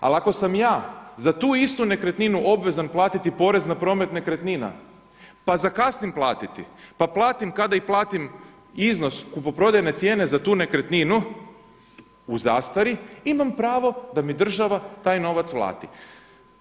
Ali ako sam ja za tu istu nekretninu obvezan platiti porez na promet nekretnina, pa zakasnim platiti, pa platim kada i platim iznos kupoprodajne cijene za tu nekretninu u zastari, imam pravo da mi država taj novac vrati.